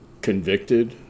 convicted